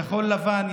לכחול לבן,